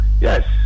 yes